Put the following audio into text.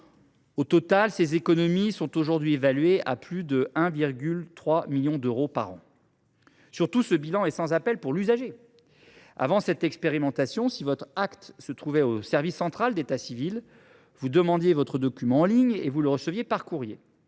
Au total, ces économies sont aujourd’hui évaluées à plus de 1,3 million d’euros par an. Surtout, le bilan est sans appel pour l’usager. Avant cette expérimentation, si votre acte se trouvait au service central d’état civil, vous demandiez votre document en ligne et vous le receviez par courrier.